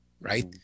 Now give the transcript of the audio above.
right